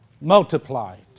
multiplied